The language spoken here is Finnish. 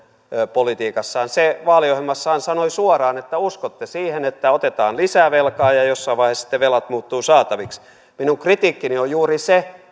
politiikassaan se vaaliohjelmassaan sanoi suoraan että uskotte siihen että otetaan lisää velkaa ja jossain vaiheessa sitten velat muuttuvat saataviksi minun kritiikkini on juuri se